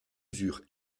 usure